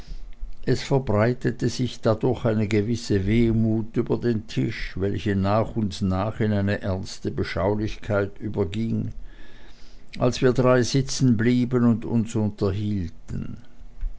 es verbreitete sich dadurch eine gewisse wehmut über den tisch welche nach und nach in eine ernste beschaulichkeit überging als wir drei sitzen blieben und uns unterhielten